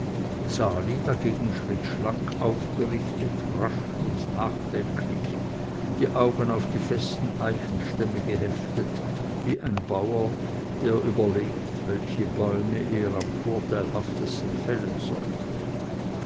dagegen schritt schlank aufgerichtet rasch und nachdenklich die augen auf die festen eichenstämme geheftet wie ein bauer der überlegt welche bäume er am vorteilhaftesten fällen soll